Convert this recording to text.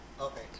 Okay